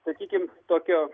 sakykim tokio